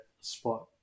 spot